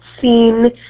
seen